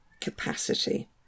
capacity